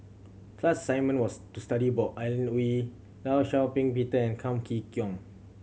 class assignment was to study about Alan Oei Law Shau Ping Peter and Kam Kee Kong